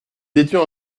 étions